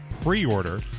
pre-order